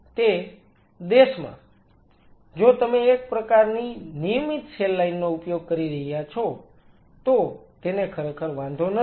તે દેશમાં જો તમે એક પ્રકારની નિયમિત સેલ લાઈન નો ઉપયોગ કરી રહ્યા છો તો તેને ખરેખર વાંધો નથી